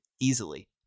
easily